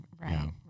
right